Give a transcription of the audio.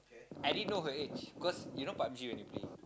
I didn't know her age cause you know pub-G when you play